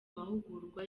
mahugurwa